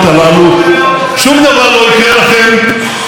שום דבר לא יקרה לכם חוץ מדבר אחד,